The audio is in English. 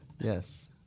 Yes